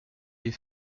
des